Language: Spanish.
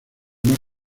más